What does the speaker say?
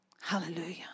Hallelujah